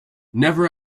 never